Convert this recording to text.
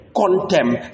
contempt